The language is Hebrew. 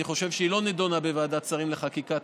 אני חושב שהיא לא נדונה בוועדת שרים לחקיקה.